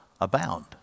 abound